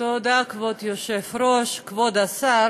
תודה, כבוד היושב-ראש.